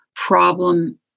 Problem